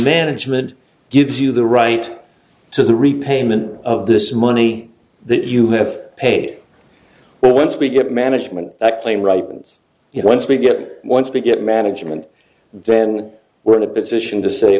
management gives you the right to the repayment of this money that you have paid well once we get management that claim ripens you know once we get once we get management then we're in a position to say